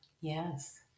Yes